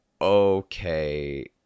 okay